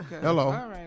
hello